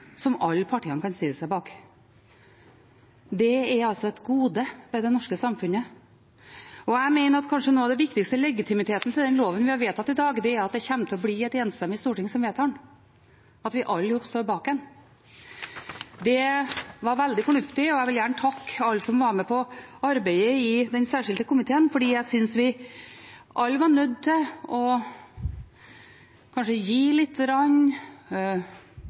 som alle partiene kan stille seg bak. Det er et gode ved det norske samfunnet. Jeg mener at kanskje noe av den viktigste legitimiteten til den loven vi vedtar i dag, er at det kommer til å bli et enstemmig storting som vedtar den, at vi alle sammen står bak den. Det var veldig fornuftig, og jeg vil gjerne takke alle som var med på arbeidet i den særskilte komiteen. Alle var nødt til kanskje å gi lite grann, å diskutere seg fram til noe som kanskje